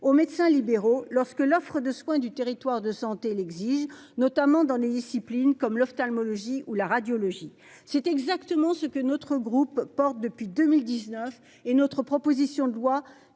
aux médecins libéraux lorsque l'offre de soins du territoire de santé l'exige, notamment dans des disciplines comme l'ophtalmologie ou la radiologie c'est exactement ce que notre groupe porte depuis 2019 et notre proposition de loi